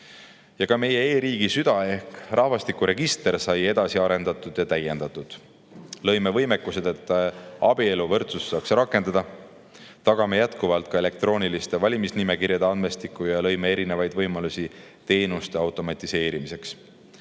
Ka meie e‑riigi süda ehk rahvastikuregister sai edasi arendatud ja täiendatud. Lõime võimekused, et saaks rakendada abieluvõrdsust. Tagame jätkuvalt ka elektrooniliste valimisnimekirjade andmestiku ja lõime erinevaid võimalusi teenuste automatiseerimiseks.